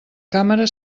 càmera